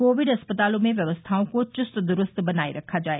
Covid अस्पतालों मे व्यवस्थाओं को चुस्तद्रूस्त बनाये रखा जाय